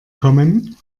kommen